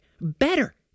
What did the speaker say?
better